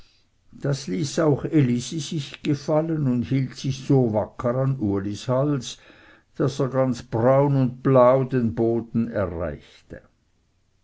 das ließ auch elisi sich gefallen und hielt sich so wacker an ulis hals daß er ganz braun und blau den boden erreichte